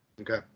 Okay